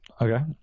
Okay